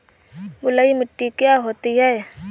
बलुइ मिट्टी क्या होती हैं?